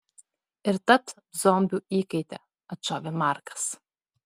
ir taps zombių įkaite atšovė markas